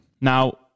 Now